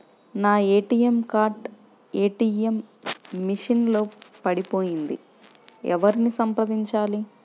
నా ATM card ATM machine లో పడిపోయింది ఎవరిని సంప్రదించాలి?